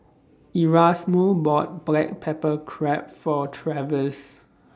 Erasmo bought Black Pepper Crab For Travis